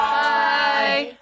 bye